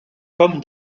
comme